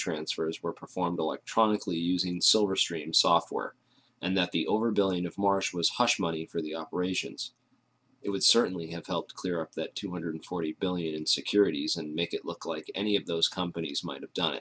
transfers were performed electronically using solar stream software and that the over a billion of marsh was hush money for the operations it would certainly have helped clear up that two hundred forty billion securities and make it look like any of those companies might have done